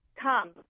come